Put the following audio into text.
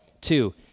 Two